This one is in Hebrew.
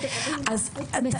בואו נחליט על מה אנחנו מדברים.